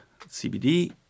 CBD